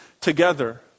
together